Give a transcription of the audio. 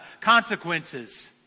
consequences